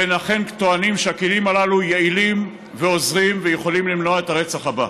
והם אכן טוענים שהכלים הללו יעילים ועוזרים ויכולים למנוע את הרצח הבא.